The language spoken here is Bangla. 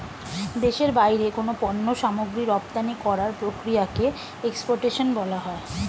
দেশের বাইরে কোনো পণ্য সামগ্রী রপ্তানি করার প্রক্রিয়াকে এক্সপোর্টেশন বলা হয়